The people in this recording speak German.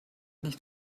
nicht